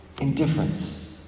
indifference